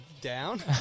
Down